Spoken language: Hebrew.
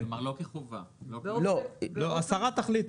השרה תחליט.